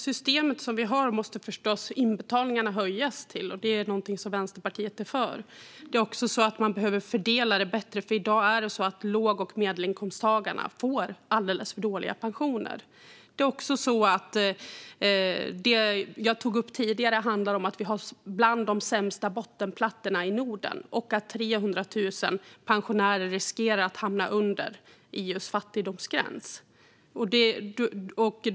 Fru talman! Inbetalningarna till det system som vi har måste förstås höjas. Det är något som Vänsterpartiet är för. Det är också så att man behöver fördela detta bättre, för i dag får låg och medelinkomsttagarna alldeles för dåliga pensioner. Det jag tog upp tidigare handlar om att vi har bland de sämsta bottenplattorna i Norden och att 300 000 pensionärer riskerar att hamna under just fattigdomsgränsen.